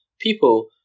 people